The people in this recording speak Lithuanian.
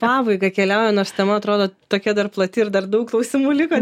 pabaigą keliauja nors tema atrodo tokia dar plati ir dar daug klausimų liko